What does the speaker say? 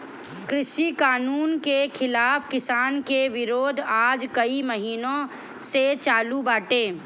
कृषि कानून के खिलाफ़ किसान के विरोध आज कई महिना से चालू बाटे